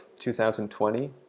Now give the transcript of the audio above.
2020